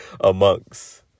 Amongst